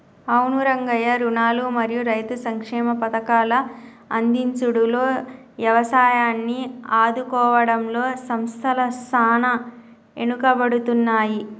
అవును రంగయ్య రుణాలు మరియు రైతు సంక్షేమ పథకాల అందించుడులో యవసాయాన్ని ఆదుకోవడంలో సంస్థల సాన ఎనుకబడుతున్నాయి